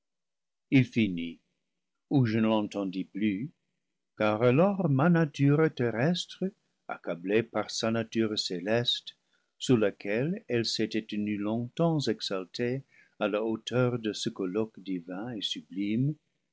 ou je ne l'entendis plus car alors ma nature ter restre accablée par sa nature céleste sous laquelle elle s'était tenue longtemps exaltée à la hauteur de ce colloque divin et sublime